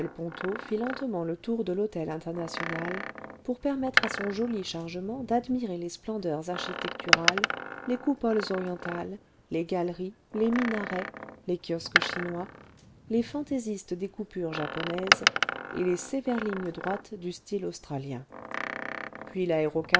lentement le tour de l'hôtel international pour permettre à son joli chargement d'admirer les splendeurs architecturales les coupoles orientales les galeries les minarets les kiosques chinois les fantaisistes découpures japonaises et les sévères lignes droites du style australien puis